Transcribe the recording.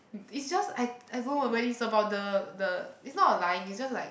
it's just I I don't know when it's about the the it's not about lying it's just like